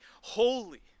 holy